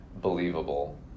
believable